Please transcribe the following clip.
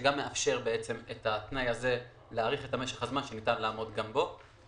שמאפשר להאריך את משך הזמן שניתן לעמוד גם בתנאי הזה,